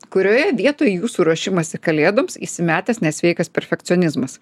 kurioje vietoj į jūsų ruošimąsi kalėdoms įsimetęs nesveikas perfekcionizmas